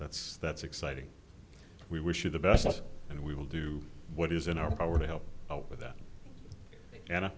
that's that's exciting we wish you the best and we will do what is in our power to help with that an